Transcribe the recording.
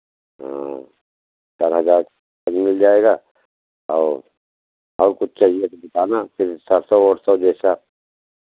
हाँ चार हज़ार तक मिल जाएगा और और कुछ चाहिए तो बताना उसके हिसाब से और सब जैसा